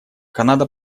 канада